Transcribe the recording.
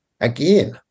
again